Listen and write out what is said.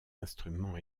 instruments